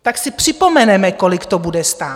Tak si připomeneme, kolik to bude stát.